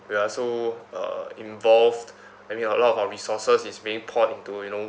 we are so uh involved I mean a lot of our resources is being poured into you know